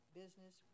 business